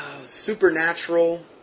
supernatural